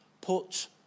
put